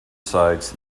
sides